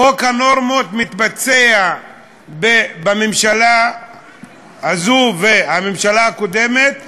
חוק הנורמות מתבצע בממשלה הזו ובממשלה הקודמת בחלקים.